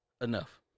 enough